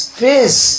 face